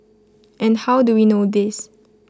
and how do we know this